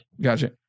gotcha